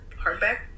hardback